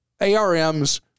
ARMs